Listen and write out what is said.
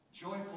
joyful